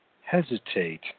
hesitate